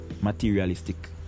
materialistic